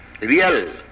real